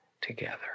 together